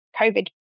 COVID